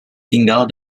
tinggal